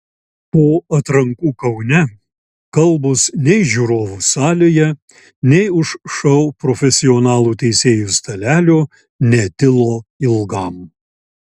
po atrankų kaune kalbos nei žiūrovų salėje nei už šou profesionalų teisėjų stalelio netilo ilgam